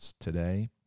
today